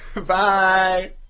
Bye